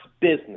business